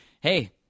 hey